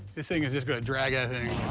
this thing is just going to drag that thing.